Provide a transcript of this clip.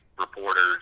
reporters